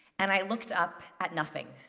and i looked up at nothing.